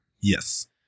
Yes